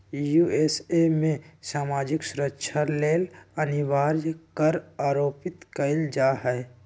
USA में सामाजिक सुरक्षा लेल अनिवार्ज कर आरोपित कएल जा हइ